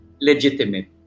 legitimate